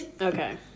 Okay